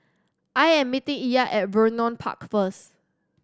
I am meeting Ilah at Vernon Park first